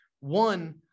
one